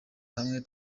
hamwe